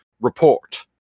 report